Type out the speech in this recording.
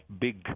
big